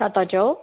छा था चओ